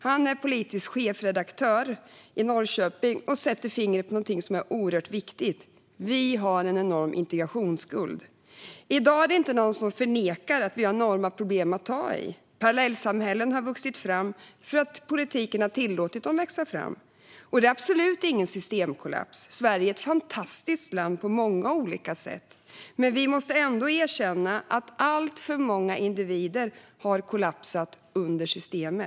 Han är politisk chefredaktör i Norrköping och sätter fingret på något oerhört viktigt: Vi har en enorm integrationsskuld. I dag är det inte någon som förnekar att vi har enorma problem att ta tag i. Parallellsamhällen har vuxit fram därför att politiken har tillåtit dem att växa fram. Det är absolut ingen systemkollaps. Sverige är ett fantastiskt land på många olika sätt, men vi måste ändå erkänna att alltför många individer har kollapsat under systemet.